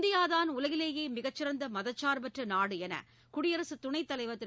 இந்தியாதான் உலகிலேயே மிகச்சிறந்த மதச்சார்பற்ற நாடு என குடியரசு துணைத்தலைவர் திரு